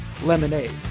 lemonade